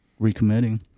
recommitting